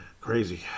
Crazy